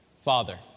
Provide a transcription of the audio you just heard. Father